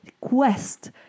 quest